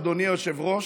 אדוני היושב-ראש,